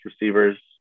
receivers